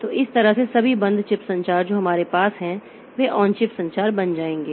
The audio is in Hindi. तो इस तरह से सभी बंद चिप संचार जो हमारे पास हैं वे ऑन चिप संचार बन जाएंगे